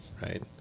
right